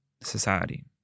society